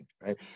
right